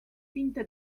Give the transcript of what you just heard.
vinte